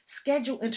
schedule